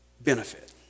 benefit